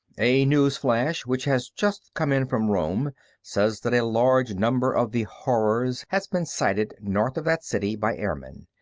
a news flash which has just come in from rome says that a large number of the horrors has been sighted north of that city by airmen.